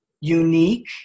unique